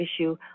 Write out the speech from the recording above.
issue